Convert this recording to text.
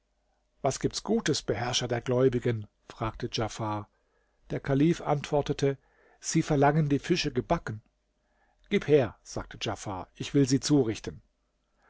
was gibt's gutes beherrscher der gläubigen fragte djafar der kalif antwortete sie verlangen die fische gebacken gib her sagte djafar ich will sie zurichten